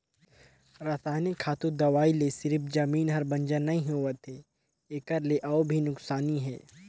रसइनिक खातू, दवई ले सिरिफ जमीन हर बंजर नइ होवत है एखर ले अउ भी नुकसानी हे